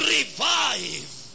Revive